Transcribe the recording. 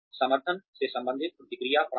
समर्थन से संबंधित प्रतिक्रिया प्राप्त कर